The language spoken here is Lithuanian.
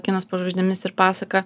kinas po žvaigždėmis ir pasaka